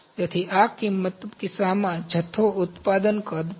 તેથી આ કિસ્સામાં જથ્થો ઉત્પાદન કદ છે